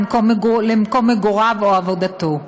למקום מגוריו או למקום עבודתו.